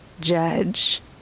judge